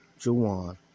Juwan